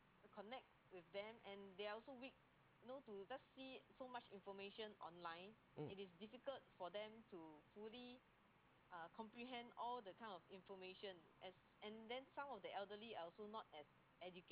mm